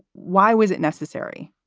why was it necessary?